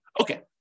Okay